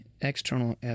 external